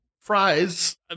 fries